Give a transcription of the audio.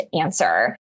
answer